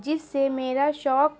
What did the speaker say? جس سے میرا شوق